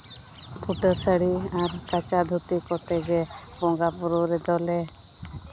ᱯᱷᱩᱴᱟᱹ ᱥᱟᱹᱲᱤ ᱟᱨ ᱠᱟᱪᱟ ᱫᱷᱩᱛᱤ ᱠᱚᱛᱮᱜᱮ ᱵᱚᱸᱜᱟᱼᱵᱩᱨᱩ ᱨᱮᱫᱚᱞᱮ